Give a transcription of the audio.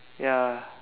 ya